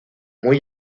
muy